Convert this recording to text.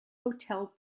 hotel